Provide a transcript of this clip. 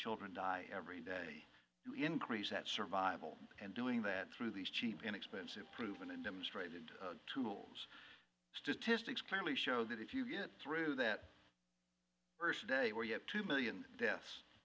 children die every day increase that survival and doing that through these cheap inexpensive proven and demonstrated tools statistics clearly show that if you get through that first day where you have two million deaths